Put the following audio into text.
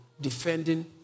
defending